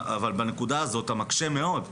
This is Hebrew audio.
בנקודה הזאת אתה מקשה מאוד.